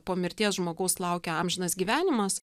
po mirties žmogaus laukia amžinas gyvenimas